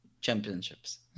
championships